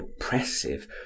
oppressive